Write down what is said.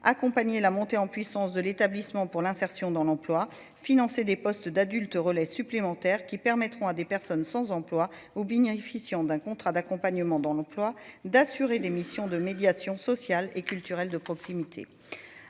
accompagner la montée en puissance de l'établissement pour l'insertion dans l'emploi financés des postes d'adultes relais supplémentaires qui permettront à des personnes sans emploi ou bénéficiant d'un contrat d'accompagnement dans l'emploi d'assurer des missions de médiation sociale et culturelle de proximité,